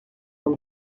uma